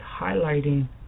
highlighting